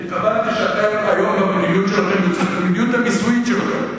התכוונתי שאתם היום, במדיניות המיסויית שלכם,